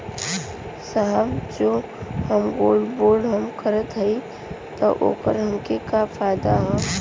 साहब जो हम गोल्ड बोंड हम करत हई त ओकर हमके का फायदा ह?